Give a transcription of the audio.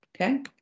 Okay